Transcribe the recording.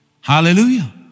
Hallelujah